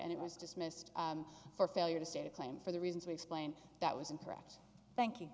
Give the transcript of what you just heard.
and it was dismissed for failure to state a claim for the reasons we explained that was incorrect thank you